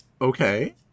okay